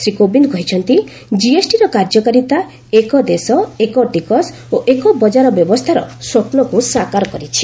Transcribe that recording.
ଶ୍ରୀ କୋବିନ୍ଦ କହିଛନ୍ତି ଜିଏସ୍ଟିର କାର୍ଯ୍ୟକାରିତା ଏକ୍ ଦେଶ ଏକ୍ ଟିକସ ଓ ଏକ୍ ବଜାର ବ୍ୟବସ୍ଥାର ସ୍ୱପ୍ନକୁ ସାକାର କରିଛି